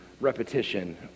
repetition